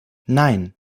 nein